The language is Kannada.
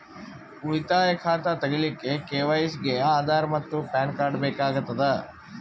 ಉಳಿತಾಯ ಖಾತಾ ತಗಿಲಿಕ್ಕ ಕೆ.ವೈ.ಸಿ ಗೆ ಆಧಾರ್ ಮತ್ತು ಪ್ಯಾನ್ ಕಾರ್ಡ್ ಬೇಕಾಗತದ